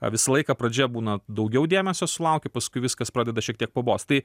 visą laiką pradžia būna daugiau dėmesio sulauki paskui viskas pradeda šiek tiek pabost tai